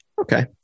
Okay